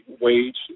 wage